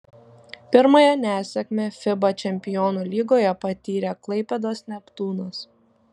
pirmąją nesėkmę fiba čempionų lygoje patyrė klaipėdos neptūnas